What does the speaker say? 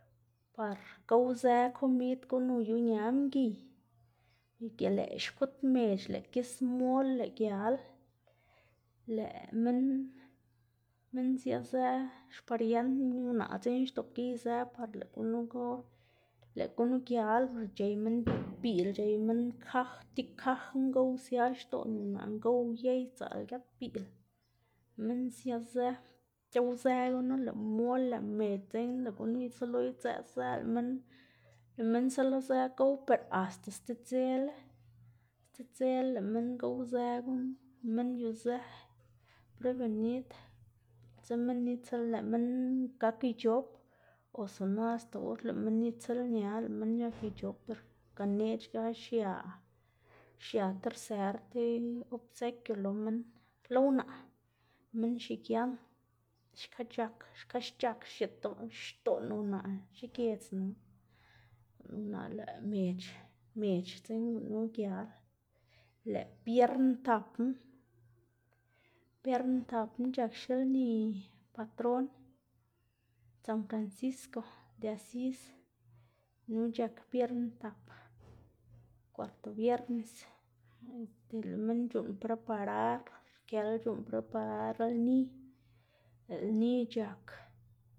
Par gowzë komid guꞌn uyuña mgiy y lëꞌ xkut mec̲h̲ lëꞌ gis mol lëꞌ gial, lëꞌ minn minn siazë xpariend unaꞌ dzekna xdoꞌpgiyzë par lëꞌ gunu gow, lëꞌ gunu gial per c̲h̲ey minn giat biꞌl, c̲h̲ey minn kaj ti kaj ngow sia xdoꞌn unaꞌ ngow uyey sdzaꞌl giat biꞌl, minn siazë c̲h̲owzë gunu lëꞌ mol lëꞌ mec̲h̲ dzekna lëꞌ gunu guslo idzëꞌzëꞌga, lëꞌ minn lëꞌ minn sëlo gowzë per asta stib dzela, stib dzela lëꞌ minn gowzë gunu, minn yuzë prebenid dze minn dze lëꞌ minn gakic̲h̲op o si no asta or lëꞌ minn itsiꞌlña lëꞌ minn c̲h̲akic̲h̲op per ganeꞌc̲h̲gax xia, xia ti rser ti opsekio lo minn, lo unaꞌ minn xigian xka c̲h̲ak xka xc̲h̲ak xdoꞌn xdoꞌn unaꞌ xigiedznu unaꞌ, lëꞌ mec̲h̲ mec̲h̲ dzekna unu gial, lëꞌ biern tapna, biern tapna c̲h̲ak xelni patron san francisco de asis, nu c̲h̲ak biern tap cuarto viernes este lëꞌ minn c̲h̲uꞌnn preparar, lëꞌ rkel c̲h̲uꞌnn preparar lni, lëꞌ lni c̲h̲ak.